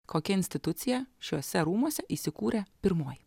kokia institucija šiuose rūmuose įsikūrė pirmoji